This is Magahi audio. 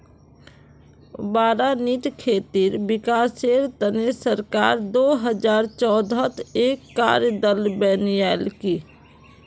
बारानीत खेतीर विकासेर तने सरकार दो हजार चौदहत एक कार्य दल बनैय्यालकी